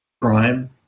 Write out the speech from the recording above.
crime